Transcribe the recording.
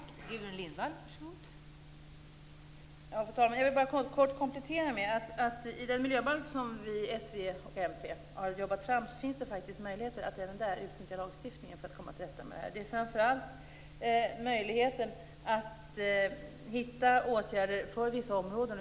Fru talman! Det finns möjligheter att utnyttja den lagstiftning som vi i s, v och mp har arbetat fram i miljöbalken för att komma till rätta med situationen. Det gäller framför allt möjligheten att ta fram åtgärder för vissa områden.